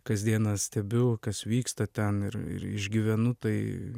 kasdieną stebiu kas vyksta ten ir išgyvenu tai